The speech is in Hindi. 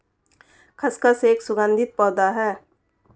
खसखस एक सुगंधित पौधा है